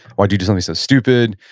why'd you do something so stupid?